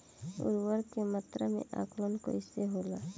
उर्वरक के मात्रा में आकलन कईसे होला?